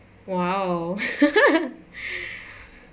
!wow!